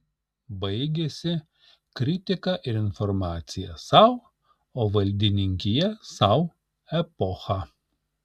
baigėsi kritika ir informacija sau o valdininkija sau epocha